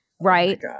Right